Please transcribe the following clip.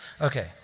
Okay